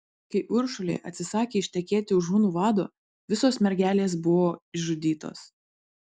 kai uršulė atsisakė ištekėti už hunų vado visos mergelės buvo išžudytos